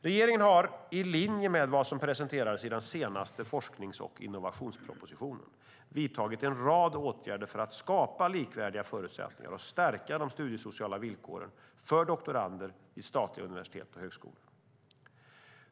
Regeringen har, i linje med vad som presenterades i den senaste forsknings och innovationspropositionen, vidtagit en rad åtgärder för att skapa likvärdiga förutsättningar och stärka de studiesociala villkoren för doktorander vid statliga universitet och högskolor.